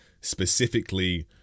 specifically